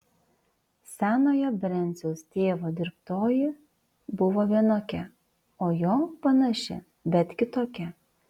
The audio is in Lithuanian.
senojo brenciaus tėvo dirbtoji buvo vienokia o jo panaši bet kitokia